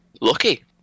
lucky